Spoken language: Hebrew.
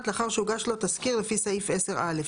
לאחר שהוגש לו תסקיר לפי סעיף 10(א).